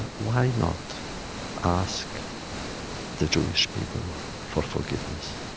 why not ask the jewish people for forgiveness?